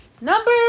number